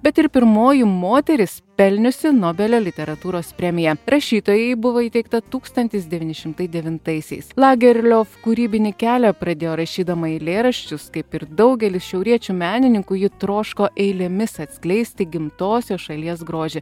bet ir pirmoji moteris pelniusi nobelio literatūros premiją rašytojai buvo įteikta tūkstantis devyni šimtai devintaisiais lagerliof kūrybinį kelią pradėjo rašydama eilėraščius kaip ir daugelis šiauriečių menininkų ji troško eilėmis atskleisti gimtosios šalies grožį